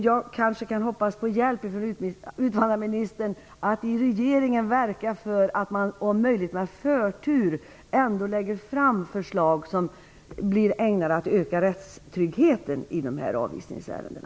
Jag kanske kan hoppas på hjälp från ministern, som i regeringen kan verka för att man, om möjligt med förtur, lägger fram förslag som är ägnade att öka rättstryggheten i dessa avvisningsärenden.